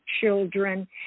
children